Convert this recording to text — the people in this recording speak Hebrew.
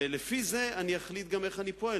ולפי זה אני אחליט גם איך אני פועל.